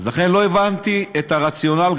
אז לכן לא הבנתי את הרציונל,